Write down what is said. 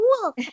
cool